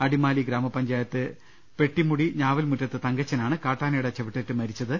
അടിമാലി ഗ്രാമപഞ്ചായത്ത് പെട്ടിമുടി ഞാവൽമറ്റത്ത് തങ്കച്ചനാണ് കാട്ടാനയുടെ ചവിട്ടേറ്റ് മരിച്ചത്